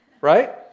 Right